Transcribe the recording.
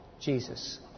Jesus